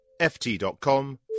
ft.com